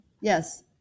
Yes